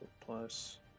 plus